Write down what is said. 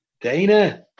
Dana